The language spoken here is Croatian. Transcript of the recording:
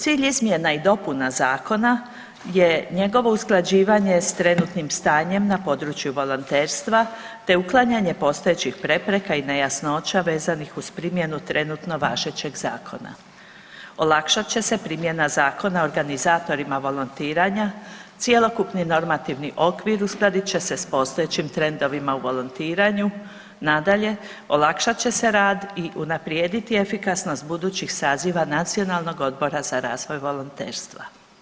Cilj izmjena i dopuna zakona je njegovo usklađivanje s trenutnim stanjem na području volonterstva, te uklanjanje postojećih prepreka i nejasnoća vezanih uz primjenu trenutno važećeg zakona, olakšat će se primjena zakona organizatorima volontiranja, cjelokupni normativni okvir uskladit će se s postojećim trendovima u volontiranju, nadalje, olakšat će se rad i unaprijediti efikasnost budućih saziva Nacionalnog odbora za razvoj volonterstva.